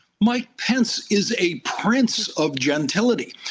mike pence is a prince of gentility.